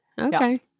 Okay